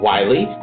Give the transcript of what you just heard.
Wiley